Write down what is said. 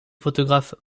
photographe